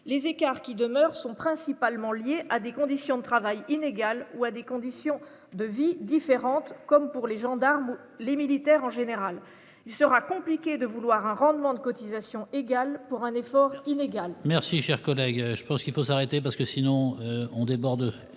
les écarts qui demeurent sont principalement liées à des conditions de travail inégal ou à des conditions de vie différente, comme pour les gendarmes, les militaires, en général, il sera compliqué de vouloir un rendement de cotisation égale pour un effort inégal. Merci, cher collègue, je pense qu'il faut s'arrêter parce que sinon on déborde.